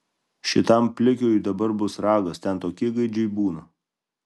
šitam plikiui dabar bus ragas ten tokie gaidžiai būna